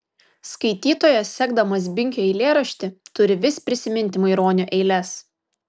skaitytojas sekdamas binkio eilėraštį turi vis prisiminti maironio eiles